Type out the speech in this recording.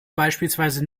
beispielsweise